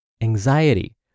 anxiety